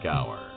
Hour